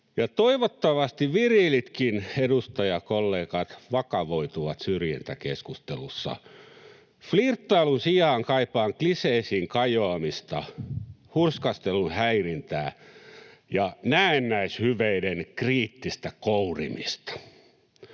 toivottavasti viriilitkin edustajakollegat vakavoituvat syrjintäkeskustelussa. Flirttailun sijaan kaipaan kliseisiin kajoamista, hurskastelun häirintää ja näennäishyveiden kriittistä kourimista.